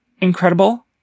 incredible